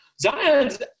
Zion's